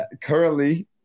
Currently